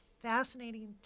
Fascinating